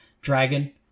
dragon